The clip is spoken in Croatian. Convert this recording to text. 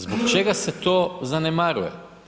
Zbog čega se to zanemaruje?